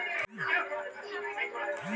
সময় ধরে দেশে বিদেশে টাকা কড়ির সংশোধন করা হয়